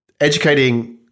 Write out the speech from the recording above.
educating